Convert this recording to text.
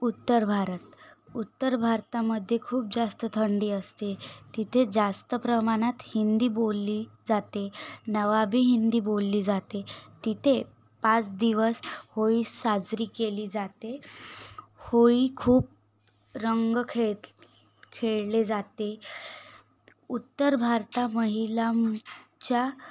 उत्तर भारत उत्तर भारतामध्ये खूप जास्त थंडी असते तिथे जास्त प्रमाणात हिंदी बोलली जाते नवाबी हिंदी बोलली जाते तिथे पाच दिवस होळी साजरी केली जाते होळी खूप रंग खेळ खेळले जाते उत्तर भारता महिलां च्या